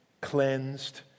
cleansed